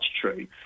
true